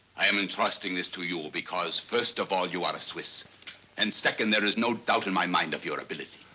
i am entrusting this to you because first of all you are a swiss and second there is no doubt in my mind of your ability.